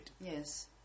Yes